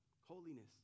Holiness